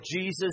Jesus